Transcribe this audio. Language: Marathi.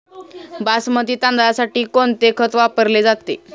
बासमती तांदळासाठी कोणते खत वापरले जाते?